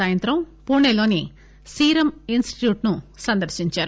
సాయంత్రం పూణెలోని Serum Institute ను సందర్భించారు